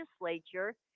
legislature